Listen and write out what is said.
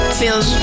feels